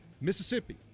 Mississippi